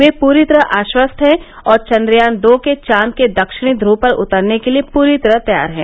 वे पूरी तरह आश्वस्त हैं और चंद्रयान दो को चांद के दक्षिणी ध्रव पर उतारने के लिए पूरी तरह तैयार हैं